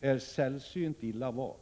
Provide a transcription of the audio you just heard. är sällsynt illa valt.